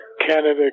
canada